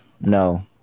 no